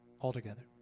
altogether